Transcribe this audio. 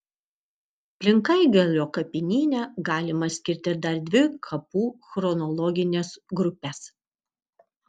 plinkaigalio kapinyne galima skirti dar dvi kapų chronologines grupes